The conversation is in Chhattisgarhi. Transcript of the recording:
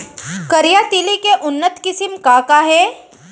करिया तिलि के उन्नत किसिम का का हे?